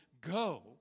Go